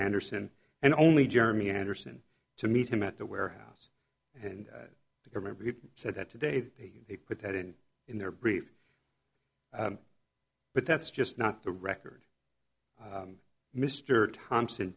anderson and only jeremy anderson to meet him at the warehouse and remember he said that today that he put that in in their brief but that's just not the record mr thompson